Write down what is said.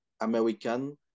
American